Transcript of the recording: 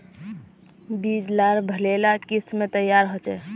बीज लार भले ला किसम तैयार होछे